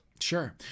Sure